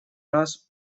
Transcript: раз